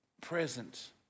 present